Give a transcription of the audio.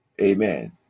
Amen